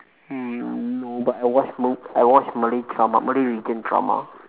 mm no but I watch ma~ I watch malay drama malay religion drama